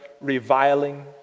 reviling